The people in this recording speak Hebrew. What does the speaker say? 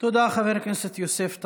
תודה, חבר הכנסת יוסף טייב.